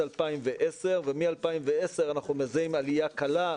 2010 ומ-2010 אנחנו מזהים עלייה קלה,